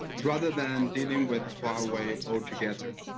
rather than dealing with huawei altogether.